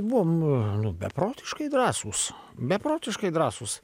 buvom nu beprotiškai drąsūs beprotiškai drąsūs